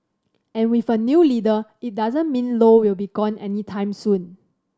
and with a new leader it doesn't mean Low will be gone anytime soon